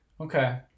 Okay